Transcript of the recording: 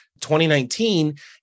2019